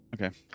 Okay